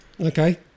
okay